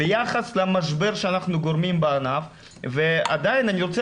ביחס למשבר שאנחנו גורמים בענף ועדיין אני רוצה